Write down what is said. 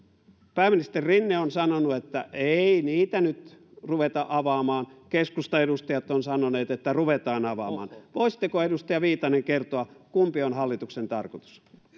pääministeri rinne on sanonut että ei niitä nyt ruveta avaamaan keskustan edustajat ovat sanoneet että ruvetaan avaamaan voisitteko edustaja viitanen kertoa kumpi on hallituksen tarkoitus